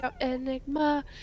enigma